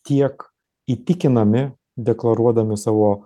tiek įtikinami deklaruodami savo